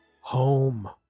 home